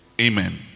Amen